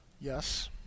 Yes